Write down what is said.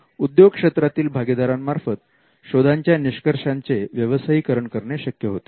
उद्योग क्षेत्रातील भागीदारांमार्फत शोधांच्या निष्कर्षाचे व्यवसायीकरण करणे शक्य होते